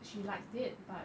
she liked it but